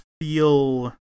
feel